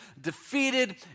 defeated